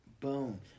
Boom